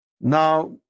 Now